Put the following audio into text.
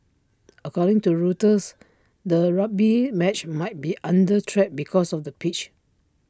according to Reuters the rugby match might be under threat because of the pitch